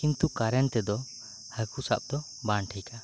ᱠᱤᱱᱛᱩ ᱠᱟᱨᱮᱱ ᱛᱮᱫᱚ ᱦᱟᱠᱳ ᱥᱟᱵ ᱫᱚ ᱵᱟᱝ ᱴᱷᱤᱠᱟ